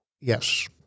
Yes